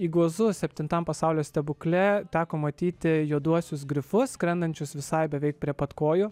iguzu septintam pasaulio stebukle teko matyti juoduosius grifus skrendančius visai beveik prie pat kojų